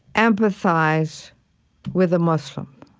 empathize with a muslim?